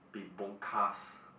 be bonkers